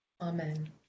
Amen